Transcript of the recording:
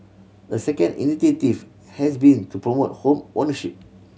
a second initiative has been to promote home ownership